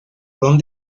ron